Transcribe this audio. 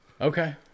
Okay